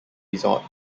resort